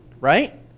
right